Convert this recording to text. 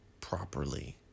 properly